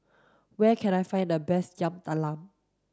where can I find the best Yam Talam